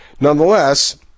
Nonetheless